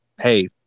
hey